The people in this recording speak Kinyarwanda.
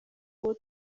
uko